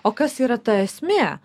o kas yra ta esmė